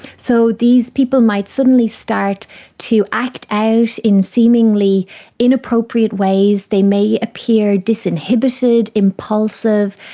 so these people might suddenly start to act out in seemingly inappropriate ways, they may appear disinhibited, impulsive,